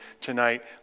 tonight